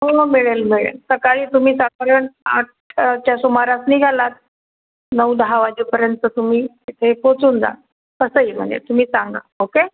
हो हो मिळेल मिळेल सकाळी तुम्ही साधारण आठ वाजताच्या सुमारास निघाला नऊ दहा वाजेपर्यंत तुम्ही तिथे पोचून जाल कसंही म्हणजे तुम्ही सांगा ओके